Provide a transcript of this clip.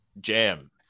Jam